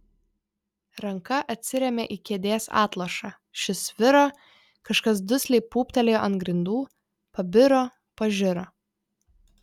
ranka atsirėmė į kėdės atlošą šis sviro kažkas dusliai pūptelėjo ant grindų pabiro pažiro